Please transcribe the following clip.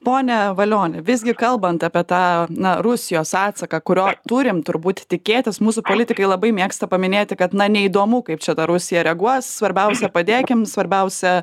pone valioni visgi kalbant apie tą na rusijos atsaką kurio turim turbūt tikėtis mūsų politikai labai mėgsta paminėti kad man neįdomu kaip čia ta rusija reaguos svarbiausia padėkim svarbiausia